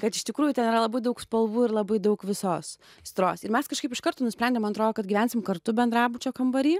kad iš tikrųjų ten yra labai daug spalvų ir labai daug visos aistros ir mes kažkaip iš karto nusprendėm man atrodo kad gyvensim kartu bendrabučio kambary